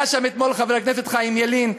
היה שם אתמול חבר הכנסת חיים ילין,